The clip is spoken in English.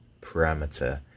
parameter